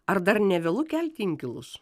ar dar nevėlu kelti inkilus